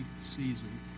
season